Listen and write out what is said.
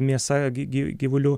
mėsa gy gyvulių